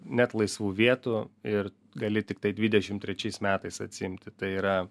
net laisvų vietų ir gali tiktai dvidešim trečiais metais atsiimti tai yra